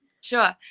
Sure